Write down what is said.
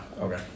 Okay